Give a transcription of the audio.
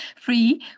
free